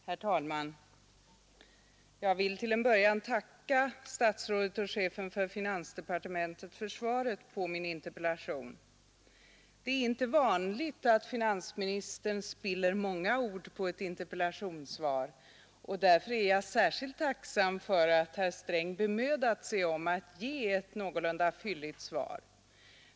Herr talman! Jag vill till en början tacka statsrådet och chefen för finansdepartementet för svaret på min interpellation. Det är inte vanligt att finansministern spiller många ord på ett interpellationssvar, och därför är jag skilt tacksam för att herr Sträng bemödat sig om att ge ett någorlunda fylligt svar.